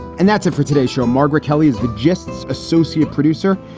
and that's it for today show, margaret hely is the gists associate producer.